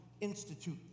institute